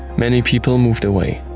many people moved away.